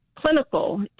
clinical